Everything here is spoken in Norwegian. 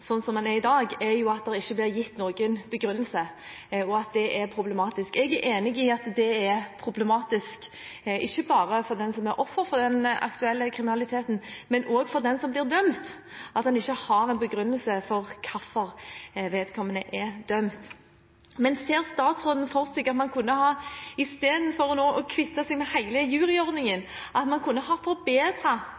som den er i dag, er jo at det ikke blir gitt noen begrunnelse, og at det er problematisk. Jeg er enig i at det er problematisk, ikke bare for den som er offer for den aktuelle kriminaliteten, men også for den som blir dømt, at en ikke har en begrunnelse for hvorfor vedkommende er dømt. Ser statsråden for seg at man – istedenfor nå å kvitte seg med hele juryordningen – kunne ha